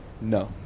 No